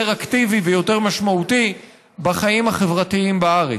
אקטיבי ויותר משמעותי בחיים החברתיים בארץ.